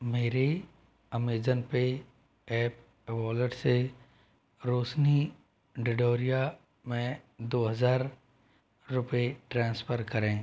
मेरे Amazon pay app wallet से रोशनी डिडोरिया में दो हज़ार रुपये ट्रांसफर करें